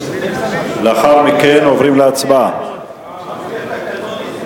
לאחר מכן, עוברים להצבעה.